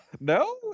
No